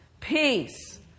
peace